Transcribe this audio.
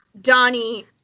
Donnie